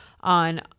on